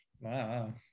Wow